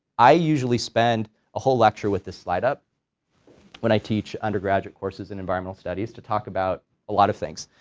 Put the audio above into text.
i usually spend a whole lecture with this slide up when i teach undergraduate courses in environmental studies to talk about a lot of things,